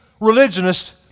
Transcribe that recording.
religionist